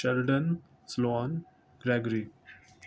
شرڈن سلون کرگری